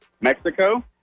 Mexico